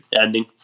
ending